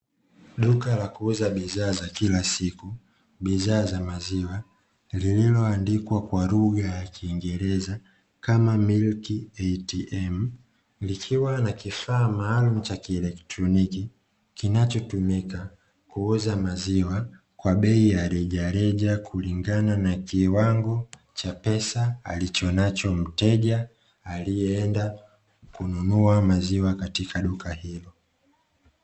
Duka la kuuza bidhaa za kila siku bidhaa za maziwa lililoandikwa kwa lugha ya kiingereza kama "milk ATM", likiwa na kifaa maalumu cha kielektroniki kinachotumika kuuza maziwa kwa bei ya rejareja kulingana na kiwango cha pesa alichonacho mteja aliyeenda kununua maziwa katika duka hilo.